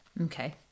Okay